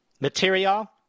material